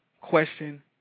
question